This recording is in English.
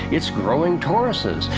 it is growing toruses!